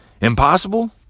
Impossible